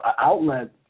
outlet